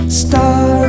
star